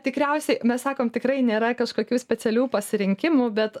tikriausiai mes sakom tikrai nėra kažkokių specialių pasirinkimų bet